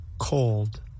Cold